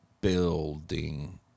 building